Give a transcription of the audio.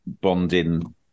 bonding